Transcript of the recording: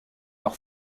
leur